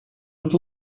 and